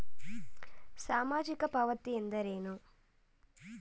ಸಾಮಾಜಿಕ ಪಾವತಿ ಎಂದರೇನು?